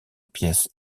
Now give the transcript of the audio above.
pièces